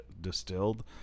distilled